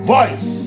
Voice